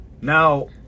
Now